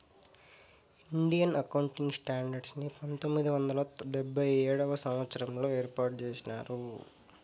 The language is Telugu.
ఇండియన్ అకౌంటింగ్ స్టాండర్డ్స్ ని పంతొమ్మిది వందల డెబ్భై ఏడవ సంవచ్చరంలో ఏర్పాటు చేసినారు